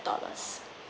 dollars